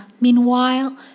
Meanwhile